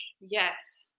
yes